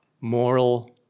moral